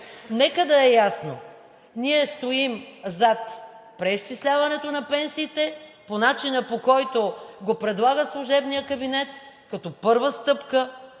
Нека да е ясно: ние стоим зад преизчисляването на пенсиите по начина, по който го предлага служебният кабинет, като първа стъпка.